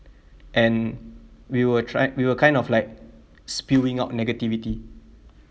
and we were try we were kind of like spewing out negativity